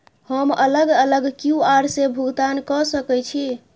हम अलग अलग क्यू.आर से भुगतान कय सके छि?